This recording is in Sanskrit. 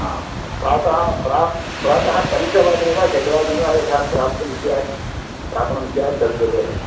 आ प्रातः रा प्रातः पञ्चवादने वा षड्वादने वा यथा प्राप्तुं स्यात् प्रापणं स्यात् तद्वत्